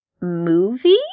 movie